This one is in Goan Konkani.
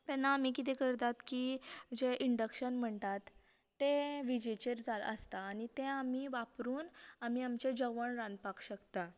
तेन्ना आमी कितें करतात की जे इंडक्शन म्हणटात तें वीजेचेर चालू आसता आनी तें आमी वापरून आमी आमचे जेवण रांदपाक शकतात